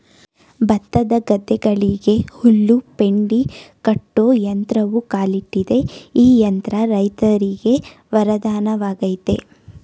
ಭತ್ತದ ಗದ್ದೆಗಳಿಗೆ ಹುಲ್ಲು ಪೆಂಡಿ ಕಟ್ಟೋ ಯಂತ್ರವೂ ಕಾಲಿಟ್ಟಿದೆ ಈ ಯಂತ್ರ ರೈತರಿಗೆ ವರದಾನವಾಗಯ್ತೆ